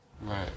right